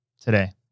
today